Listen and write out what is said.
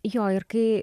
jo ir kai